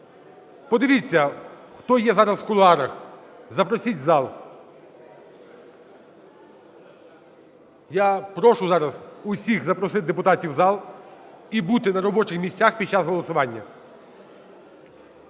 Подивіться, хто є зараз в кулуарах, запросіть в зал. Я прошу зараз всіх запросити депутатів в зал і бути на робочих місцях під час голосування.